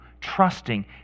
trusting